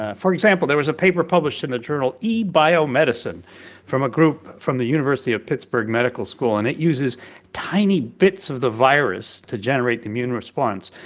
for example, there was a paper published in the journal ebiomedicine from a group from the university of pittsburgh medical school, and it uses tiny bits of the virus to generate the immune response.